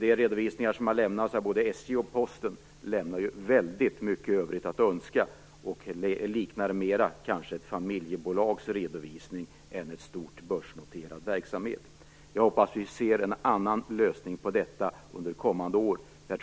De redovisningar som har lämnats av både SJ och Posten lämnar väldigt mycket i övrigt att önska och liknar kanske mera ett familjebolags redovisning än den för en stor, börsnoterad verksamhet. Jag hoppas att vi ser en annan lösning på detta under kommande år.